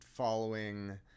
following